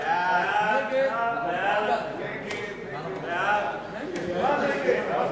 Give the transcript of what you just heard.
ההצעה להעביר את הצעת חוק חינוך ממלכתי (תיקון מס'